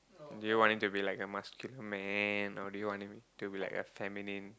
do you want him to be like a muscular man or do you want him to be like a feminine